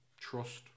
trust